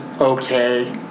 okay